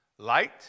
light